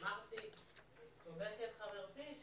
צודקת חברתי,